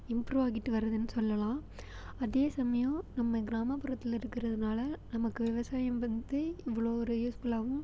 improve ஆகிட்டு வருதுன்னு சொல்லலாம் அதே சமயம் நம்ம கிராமப்புறத்தில் இருக்கிறதுனால நமக்கு விவசாயம் வந்து இவ்வளோ ஒரு யூஸ்ஃபுல்லாகவும்